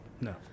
no